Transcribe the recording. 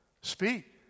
speak